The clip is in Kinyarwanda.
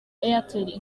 airtel